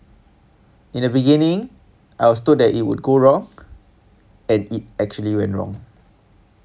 in the beginning I was told it would go wrong and it actually went wrong